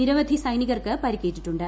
നിരവധി സൈനികർക്ക് പരിക്കേറ്റിട്ടുണ്ട്